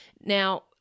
Now